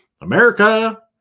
America